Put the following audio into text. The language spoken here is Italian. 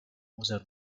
museo